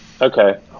Okay